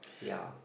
ya